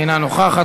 אינה נוכחת,